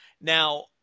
Now